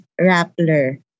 Rappler